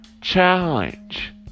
challenge